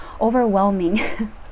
overwhelming